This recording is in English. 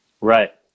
right